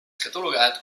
catalogat